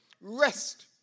rest